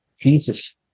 Jesus